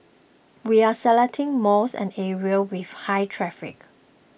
we are selecting malls and areas with high traffic